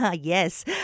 Yes